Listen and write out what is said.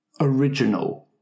original